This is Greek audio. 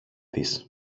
της